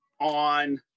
On